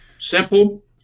Simple